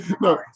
no